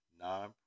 non